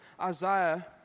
Isaiah